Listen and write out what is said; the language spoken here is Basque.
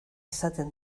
izaten